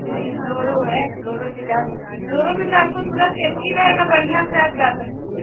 नहीं ब्लोरो है ब्लोरो भी जा सकती है ब्लोरो में तो आपको पूरा सेफ्टी रहेगा बढ़िया से आप जा सकती हैं